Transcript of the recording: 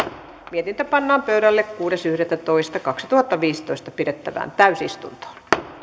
mietintö pannaan pöydälle kuudes yhdettätoista kaksituhattaviisitoista pidettävään täysistuntoon